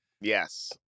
yes